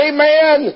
Amen